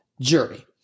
jury